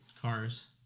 Cars